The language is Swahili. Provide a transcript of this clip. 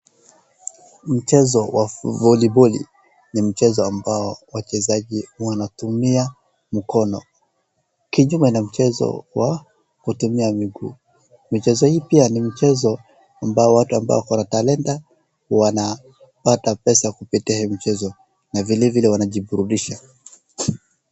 Mchezo wa voliboli ni mchezo ambao wachezaji wanatumia mikono kinyume na mchezo wa kutumia miguu. Michezo hii pia ni mchezo watu ambao wakona talanta wanapata pesa kupitia hii mchezo na vilevile wanajiburudisha.